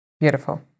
Beautiful